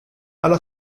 alla